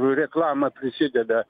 reklama prisideda